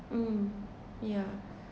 um yeah